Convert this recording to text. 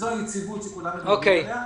וזו היציבות שכולם מדברים עליה,